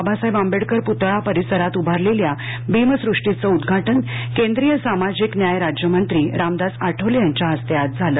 बाबासाहेब आंबेडकर पुतळा परिसरात उभारलेल्या भीमसृष्टीचं उद्घाटन केंद्रीय सामाजिक न्याय राज्यमंत्री रामदास आठवले यांच्या हस्ते आज झालं